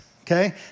okay